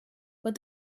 but